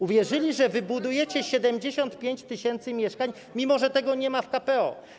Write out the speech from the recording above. Uwierzyli, że wybudujecie 75 tys. mieszkań, mimo że tego nie ma w KPO.